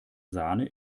sahne